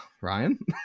Ryan